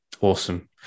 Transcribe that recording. awesome